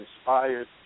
Inspired